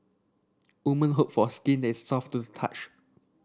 woman hope for skin is soft to touch